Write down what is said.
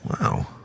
Wow